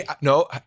No